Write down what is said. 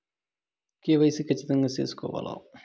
KYC ఖచ్చితంగా సేసుకోవాలా